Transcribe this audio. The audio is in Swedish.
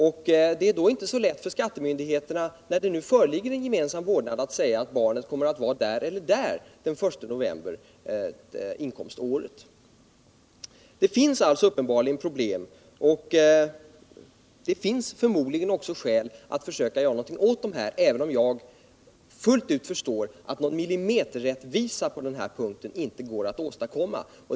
När det nu föreligger gemensam vårdnad, är det inte så lätt för skattemyndigheterna att säga att barnet kommer att vara där eller där den 1 november. Det finns alltså uppenbarligen problem, och det finns förmodligen också skäl att försöka göra någonting åt dem, även om jag förstår att någon millimeterrättvisa på den här punkten inte går att åstadkomma.